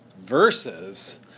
versus